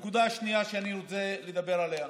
הנקודה השנייה שאני רוצה לדבר עליה,